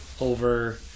over